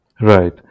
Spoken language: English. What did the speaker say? Right